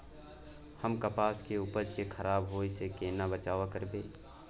हम कपास के उपज के खराब होय से केना बचाव करबै?